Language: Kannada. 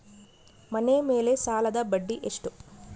ಮನೆ ಮೇಲೆ ಸಾಲದ ಬಡ್ಡಿ ಎಷ್ಟು?